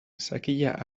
sakila